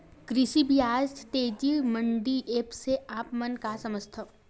कृषि बजार तेजी मंडी एप्प से आप मन का समझथव?